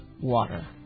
water